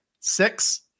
six